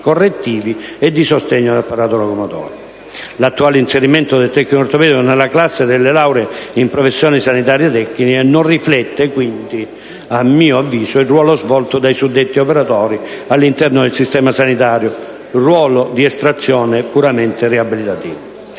correttivi e di sostegno dell'apparato locomotore. L'attuale inserimento del tecnico ortopedico nella classe delle lauree in «professioni sanitarie tecniche» non riflette quindi, a mio avviso, il ruolo svolto dai suddetti operatori all'interno del sistema sanitario, ruolo di estrazione puramente riabilitativa.